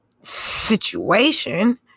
situation